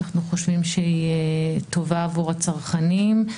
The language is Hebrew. אנחנו חושבים שהיא טובה עבור הצרכנים,